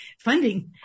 funding